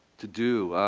to do,